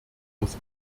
aus